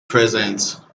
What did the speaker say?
present